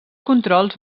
controls